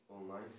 Online